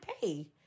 pay